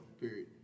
Period